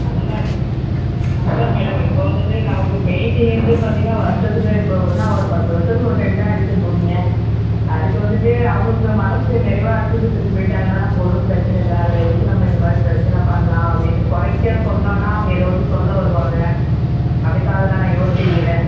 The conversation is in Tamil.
பண்ணலாம் பண்ணலாம் மேடம் இப்போ வந்துவிட்டு நமக்கு பெயிண்டிங்கு வந்து பார்த்தீங்கன்னா வருஷத்துக்கு இப்போ பண்ணால் ஒரு பத்து வருஷத்துக்கு ஒரு டைம் தான் அடிக்க போகறிங்க அதுக்கு வந்துவிட்டு அவங்களுக்கு மனசு நிறைவா அடிச்சு கொடுத்துட்டு போயிட்டாங்கன்னா நமக்கு ஒன்னும் பிரச்சனை இல்லை அதில் எதுக்கு நம்ப இந்தமாதிரி பிரச்சனை பண்ணலாம் அப்படின்னு குறைக்க சொன்னோம்னா அவங்க எதாவது சொல்ல வருவாங்க அதற்காக தான் நான் யோசிக்கிறேன்